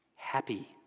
Happy